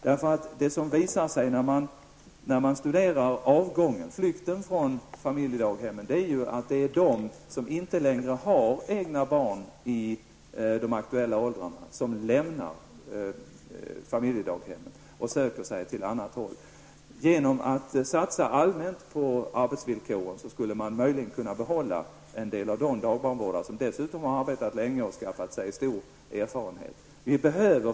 När man studerar dagbarnvårdarnas flykt från sitt arbete finner man att det är de dagbarnvårdare som inte längre har egna barn i de aktuella åldrarna som lämnar sitt yrke och söker sig till annat håll. Genom att göra en allmän satsning på arbetsvillkoren, skulle man möjligen kunna behålla en del av dessa dagbarnvårdare, som dessutom har arbetat länge och skaffat sig stor erfarenhet.